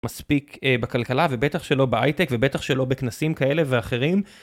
מספיק בכלכלה ובטח שלא בהייטק ובטח שלא בכנסים כאלה ואחרים.